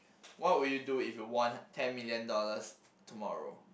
what would you do if you won ten million dollars tomorrow